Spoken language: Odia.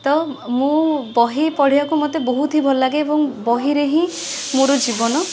ତ ମୁଁ ବହିପଢ଼ିବାକୁ ମୋତେ ବହୁତ ହି ଭଲଲାଗେ ଏବଂ ବହିରେ ହିଁ ମୋର ଜୀବନ